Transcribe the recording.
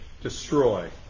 destroy